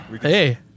hey